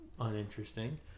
uninteresting